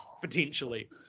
potentially